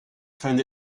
found